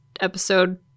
episode